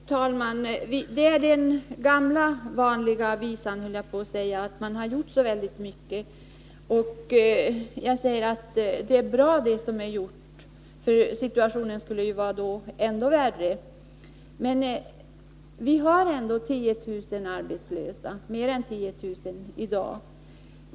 Fru talman! Det här är den gamla vanliga visan — att man gjort så väldigt mycket. Det som är gjort är bra, eftersom situationen skulle ha varit ännu värre utan dessa åtgärder. Men vi har ändå mer än 10 000 arbetslösa i dag.